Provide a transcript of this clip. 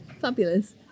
Fabulous